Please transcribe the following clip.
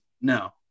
no